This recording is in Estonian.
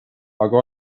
aga